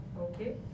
Okay